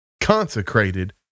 consecrated